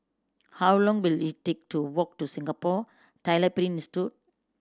how long will it take to walk to Singapore Tyler Print Institute